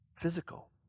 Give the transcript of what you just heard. physical